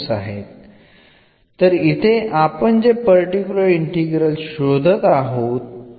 ആയതിനാൽ പർട്ടിക്കുലർ ഇന്റഗ്രൽനെ എന്ന് എഴുതാം